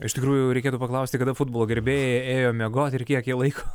iš tikrųjų reikėtų paklausti kada futbolo gerbėjai ėjo miegoti ir kiek laiko